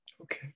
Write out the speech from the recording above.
Okay